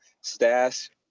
stash